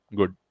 good